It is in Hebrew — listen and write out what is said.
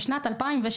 בשנת 2006,